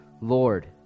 Lord